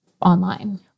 online